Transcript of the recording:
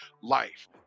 life